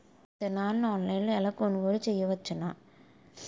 విత్తనాలను ఆన్లైన్లో ఎలా కొనుగోలు చేయవచ్చున?